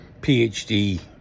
phd